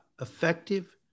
effective